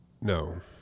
No